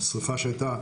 השריפה שהיתה,